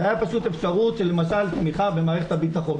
זו הייתה פשוט אפשרות למשל של תמיכה במערכת הביטחון.